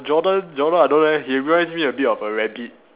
Jonah Jonah I don't know eh he reminds me a bit of a rabbit